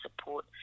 support